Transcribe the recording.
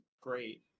great